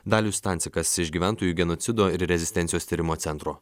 dalius stancikas iš gyventojų genocido ir rezistencijos tyrimo centro